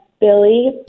Billy